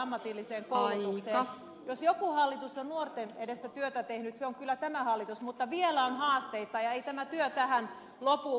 jos jokin hallitus on nuorten eteen työtä tehnyt se on kyllä tämä hallitus mutta vielä on haasteita ja ei tämä työ tähän lopu